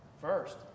First